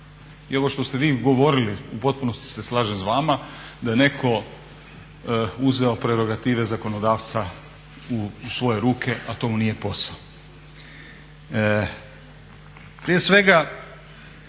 I ovo što ste vi govorili u potpunosti se slažem s vama da je netko uzeo prerogative zakonodavca u svoje ruke a to mu nije posao. Prije svega